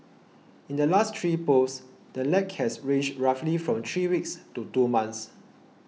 in the last three polls the lag has ranged roughly from three weeks to two months